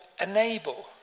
enable